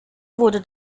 wurde